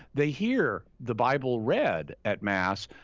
they hear the bible read at mass,